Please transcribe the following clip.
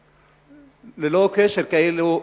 ללא קשר, כאילו,